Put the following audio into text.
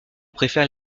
préfère